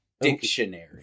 Dictionary